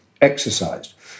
exercised